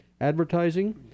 advertising